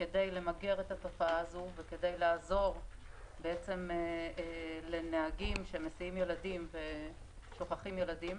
כדי למגר את התופעה הזו וכדי לעזור לנהגים שמסיעים ילדים ושוכחים ילדים.